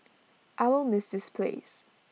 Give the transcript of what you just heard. I will miss this place